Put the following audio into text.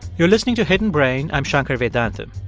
you're listening to hidden brain. i'm shankar vedantam.